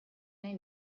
nahi